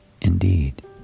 indeed